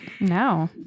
No